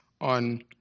on